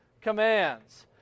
commands